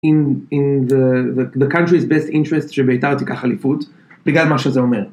In the country's best interest שבעיקר תיקח אליפות בגלל מה שזה אומר.